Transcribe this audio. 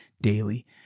daily